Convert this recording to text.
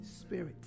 Spirit